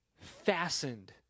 fastened